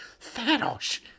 Thanos